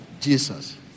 Jesus